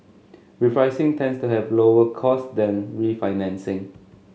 repricing tends to have lower costs than refinancing